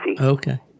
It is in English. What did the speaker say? Okay